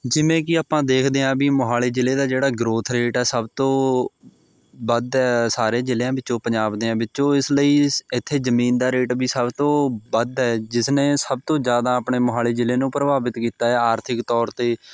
ਜਿਵੇਂ ਕਿ ਆਪਾਂ ਦੇਖਦੇ ਹਾਂ ਵੀ ਮੋਹਾਲੀ ਜ਼ਿਲ੍ਹੇ ਦਾ ਜਿਹੜਾ ਗ੍ਰੋਥ ਰੇਟ ਹੈ ਸਭ ਤੋਂ ਵੱਧ ਹੈ ਸਾਰੇ ਜ਼ਿਲ੍ਹਿਆ ਵਿੱਚੋਂ ਪੰਜਾਬ ਦਿਆਂ ਵਿੱਚੋਂ ਇਸ ਲਈ ਇਸ ਇੱਥੇ ਜ਼ਮੀਨ ਦਾ ਰੇਟ ਵੀ ਸਭ ਤੋਂ ਵੱਧ ਹੈ ਜਿਸ ਨੇ ਸਭ ਤੋਂ ਜ਼ਿਆਦਾ ਆਪਣੇ ਮੋਹਾਲੀ ਜ਼ਿਲ੍ਹੇ ਨੂੰ ਪ੍ਰਭਾਵਿਤ ਕੀਤਾ ਹੈ ਆਰਥਿਕ ਤੌਰ 'ਤੇ